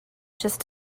just